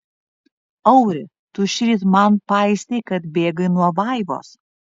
auri tu šįryt man paistei kad bėgai nuo vaivos